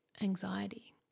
anxiety